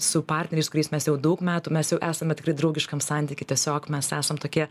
su partneriais kuriais mes jau daug metų mes jau esame tikri draugiškam santyky tiesiog mes esam tokie